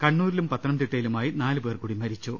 കണ്ണൂരിലും പത്തനംതിട്ടയിലുമായി നാലു പേർ കൂടി മരിച്ചു